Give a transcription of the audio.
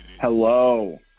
Hello